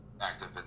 active